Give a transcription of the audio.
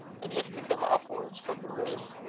and lifted them upwards from the wrists,